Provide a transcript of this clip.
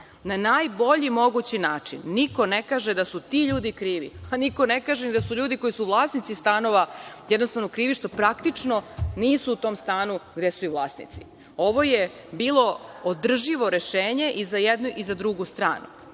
na najbolji mogući način. Niko ne kaže da su ti ljudi krivi. Niko ne kaže ni da su ljudi koji su vlasnici stanova krivi što praktično nisu u tom stanu gde su i vlasnici. Ovo je bilo održivo rešenje i za jednu i za drugu stranu.